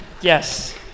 Yes